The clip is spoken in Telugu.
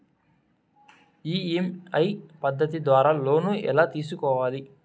ఇ.ఎమ్.ఐ పద్ధతి ద్వారా లోను ఎలా తీసుకోవాలి